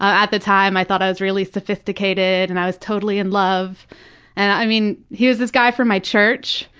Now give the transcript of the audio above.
at the time i thought i was really sophisticated and i was totally in love and i mean he was this guy from my church.